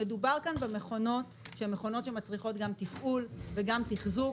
מדובר במכונות שמצריכות גם תפעול וגם תחזוק.